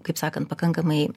kaip sakant pakankamai